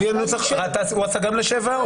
הוא עשה גם ל-7?